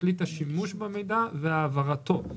תכלית השימוש במידע והעברתו.